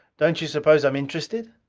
don't you suppose i'm interested?